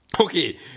Okay